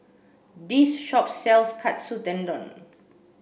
this shop sells Katsu Tendon